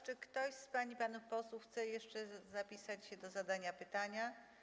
Czy ktoś z pań i panów posłów chce jeszcze zapisać się do zadania pytania?